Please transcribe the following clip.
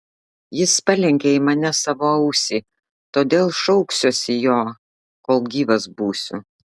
jis palenkė į mane savo ausį todėl šauksiuosi jo kol gyvas būsiu